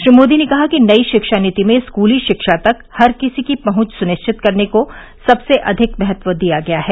श्री मोदी ने कहा कि नई शिक्षा नीति में स्कूली शिक्षा तक हर किसी की पहुंच सुनिश्चित करने को सबसे अधिक महत्व दिया गया है